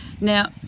Now